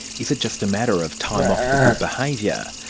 is it just a matter of time off for good behaviour?